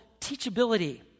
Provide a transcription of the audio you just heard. teachability